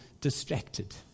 distracted